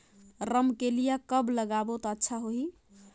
रमकेलिया कब लगाबो ता अच्छा होही?